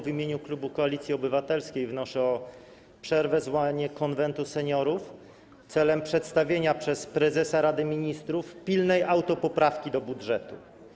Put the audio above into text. W imieniu klubu Koalicji Obywatelskiej wnoszę o przerwę i zwołanie Konwentu Seniorów celem przedstawienia przez prezesa Rady Ministrów pilnej autopoprawki do budżetu.